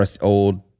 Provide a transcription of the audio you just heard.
old